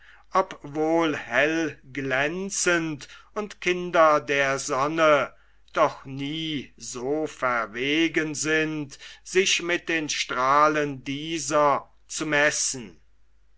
obwohl hellglänzend und kinder der sonne doch nie so verwegen sind sich mit den strahlen dieser zu messen